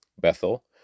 Bethel